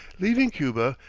leaving cuba,